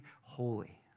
holy